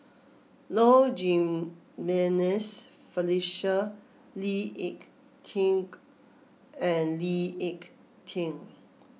Low Jimenez Felicia Lee Ek Tieng and Lee Ek Tieng